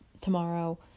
tomorrow